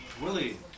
Willie